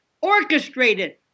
orchestrated